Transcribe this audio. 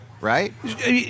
right